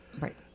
Right